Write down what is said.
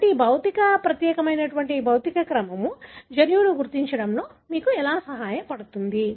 కాబట్టి ఈ ప్రత్యేక భౌతిక క్రమం జన్యువును గుర్తించడంలో మీకు ఎలా సహాయపడుతుంది